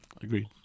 Agreed